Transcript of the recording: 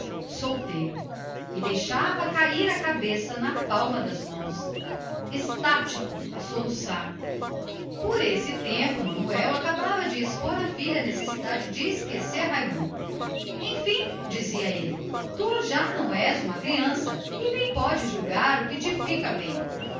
humilhado e deixava cair a cabeça na palma das mãos a soluçar por este tempo manuel acabava de expor à filha a necessidade absoluta de não pensar em raimundo enfim dizia de tu já não és uma criança e bem podes julgar o que te fica bem